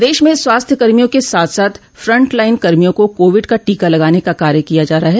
प्रदेश में स्वास्थ्य कर्मियों के साथ साथ फ्रंट लाइन कर्मियों को कोविड का टीका लगाने का कार्य किया जा रहा है